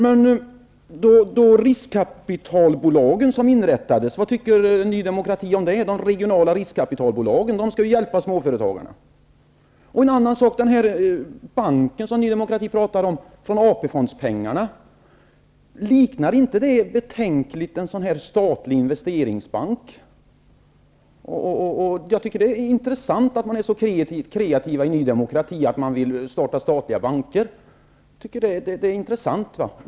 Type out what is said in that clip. Men de regionala riskkapitalbolag som inrättats -- vad tycker Ny demokrati om dem? De skall ju hjälpa småföretagarna. En annan sak: Den här banken som Ny demokrati föreslår ur AP-fondspengarna -- liknar inte det betänkligt en statlig investeringsbank? Jag tycker att det är intressant att man är så kreativ i Ny demokrati att man vill starta statliga banker.